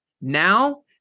Now